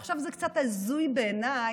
עכשיו, זה קצת הזוי בעיניי,